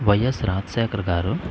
YS Rajasekhar గారు